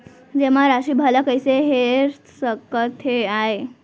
जेमा राशि भला कइसे हेर सकते आय?